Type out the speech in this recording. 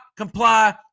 comply